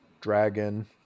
dragon